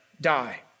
die